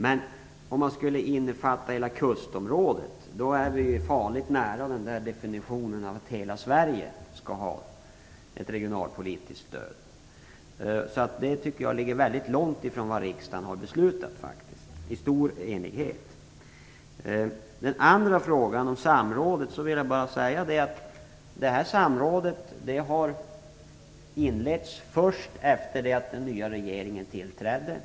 Men om man skulle innefatta hela kustområdet i definitionen är vi farligt nära att säga att hela Sverige skall ha ett regionalpolitiskt stöd, och det tycker jag ligger väldigt långt från vad riksdagen i stor enighet har beslutat. Den andra frågan gällde samrådet. Det här samrådet har inletts först efter det att den nya regeringen tillträdde.